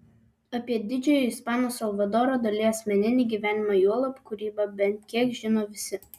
apie didžiojo ispano salvadoro dali asmeninį gyvenimą juolab kūrybą bent kiek žino visi